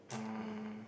uh